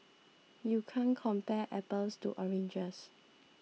you can't compare apples to oranges